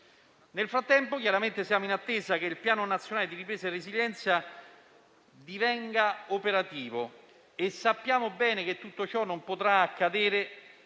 Nel frattempo, siamo in attesa che il Piano nazionale di ripresa e resilienza divenga operativo. Sappiamo bene che tutto ciò non potrà accadere